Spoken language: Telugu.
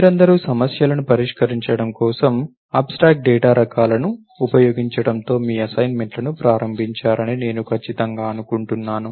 మీరందరూ సమస్యలను పరిష్కరించడం కోసం అబ్స్ట్రాక్ట్ డేటా రకాలను ఉపయోగించడంతో మీ అసైన్మెంట్లను ప్రారంభించారని నేను ఖచ్చితంగా అనుకుంటున్నాను